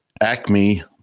Acme